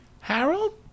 Harold